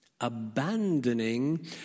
abandoning